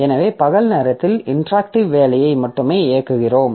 எனவே பகல் நேரத்தில் இன்டராக்ட்டிவ் வேலையை மட்டுமே இயக்குகிறோம்